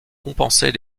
compenser